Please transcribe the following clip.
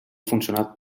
funcionat